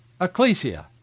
Ecclesia